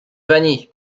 vanille